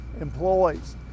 employees